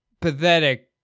pathetic